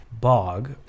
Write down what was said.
bog